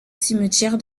cimetière